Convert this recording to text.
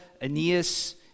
Aeneas